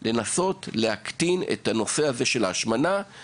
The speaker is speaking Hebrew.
על מנת שננסה להקטין את ממדי התופעה של השמנה בקרב ילדים.